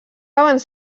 abans